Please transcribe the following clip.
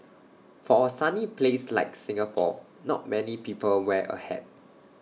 for A sunny place like Singapore not many people wear A hat